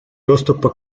доступа